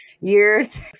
years